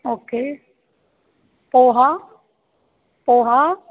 ओ के पोहा पोहा